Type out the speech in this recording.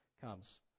comes